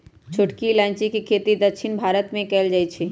छोटकी इलाइजी के खेती दक्षिण भारत मे कएल जाए छै